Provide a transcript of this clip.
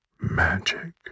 magic